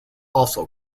also